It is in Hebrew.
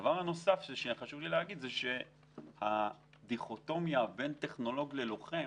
הדבר הנוסף שחשוב לי להגיד זה שהדיכוטומיה בין טכנולוג ללוחם